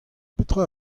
petra